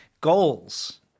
goals